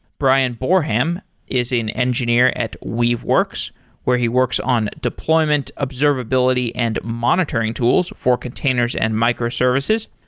bryan boreham is an engineer at weaveworks where he works on deployment, observability and monitoring tools for containers and microservices.